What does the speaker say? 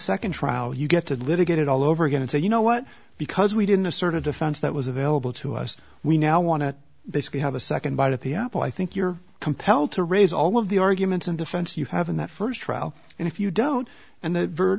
second trial you get to litigate it all over again and say you know what because we didn't a sort of defense that was available to us we now want to basically have a second bite at the apple i think you're compelled to raise all of the arguments and defense you have in that first trial and if you don't and the